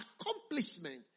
accomplishment